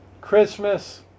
Christmas